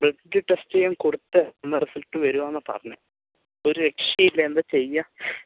blood test ചെയ്യാൻ കൊടുത്തതാണ് ഇന്ന് റിസൾട്ട് വരുമെന്നാണ് പറഞ്ഞത് ഒരു രക്ഷയും ഇല്ല എന്താ ചെയ്യുക